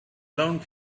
ground